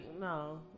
No